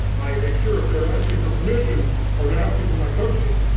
i make sure if they're asking for permission or they're asking for my coaching,